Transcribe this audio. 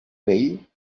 vell